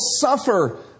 suffer